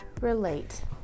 relate